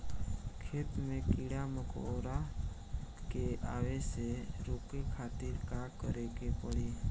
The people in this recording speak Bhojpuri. खेत मे कीड़ा मकोरा के आवे से रोके खातिर का करे के पड़ी?